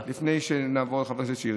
לפני שנעבור לחבר הכנסת שירי.